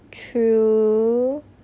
true